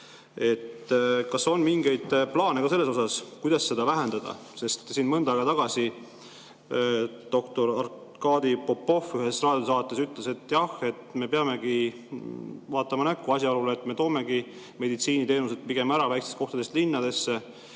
Kas on mingeid plaane, kuidas seda vähendada? Sest mõnda aega tagasi doktor Arkadi Popov ühes raadiosaates ütles, et jah, me peamegi vaatama näkku asjaolule, et me toomegi meditsiiniteenuseid pigem väikestest kohtadest linnadesse.